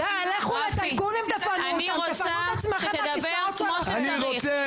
רפי אני רוצה שתדבר כמו שצריך,